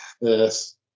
Yes